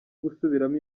gusubiramo